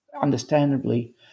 understandably